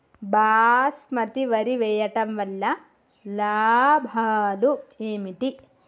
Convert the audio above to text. బాస్మతి వరి వేయటం వల్ల లాభాలు ఏమిటి?